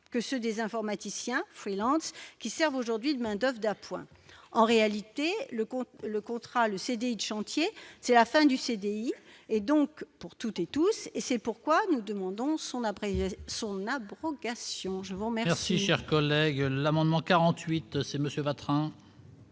que ceux des informaticiens free-lance qui sert aujourd'hui de Main-d'oeuvre d'appoint, en réalité, le compte le contrat le CDI du chantier, c'est la fin du CDI et donc pour toutes et tous et c'est pourquoi nous demandons son après son abrogation, je vous remercie. Si chers collègues, l'amendement 48, c'est monsieur Vatrin.